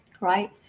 Right